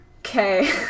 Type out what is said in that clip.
Okay